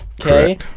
Okay